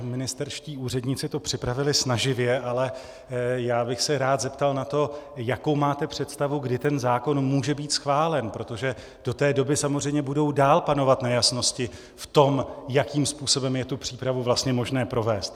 Ministerští úředníci to připravili snaživě, ale já bych se rád zeptal na to, jakou máte představu, kdy ten zákon může být schválen, protože do té doby samozřejmě budou dál panovat nejasnosti v tom, jakým způsobem je tu přípravu vlastně možné provést.